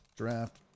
Draft